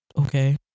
okay